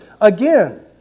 Again